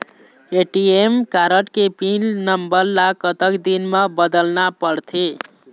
ATM card के pin number ला कतक दिन म बदलना पड़थे?